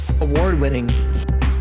award-winning